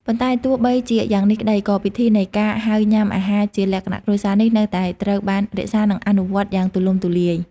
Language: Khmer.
ប៉ុន្តែទោះបីជាយ៉ាងនេះក្ដី ក៏ពិធីនៃការហៅញ៉ាំអាហារជាលក្ខណៈគ្រួសារនេះ នៅតែត្រូវបានរក្សា និងអនុវត្តយ៉ាងទូលំទូលាយ។